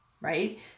right